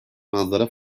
manzara